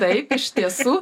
taip iš tiesų